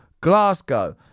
Glasgow